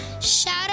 Shout